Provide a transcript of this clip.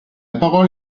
parole